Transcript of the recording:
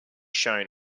shown